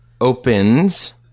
opens